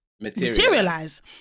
materialize